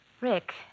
Rick